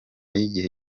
y’igihe